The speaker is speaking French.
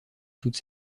toute